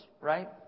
right